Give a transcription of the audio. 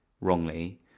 wrongly